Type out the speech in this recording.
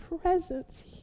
presence